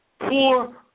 poor